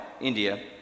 India